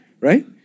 Right